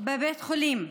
בבתי החולים.